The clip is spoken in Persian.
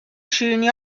شیرینی